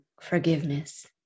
forgiveness